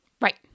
Right